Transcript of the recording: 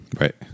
Right